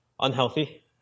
unhealthy